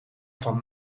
van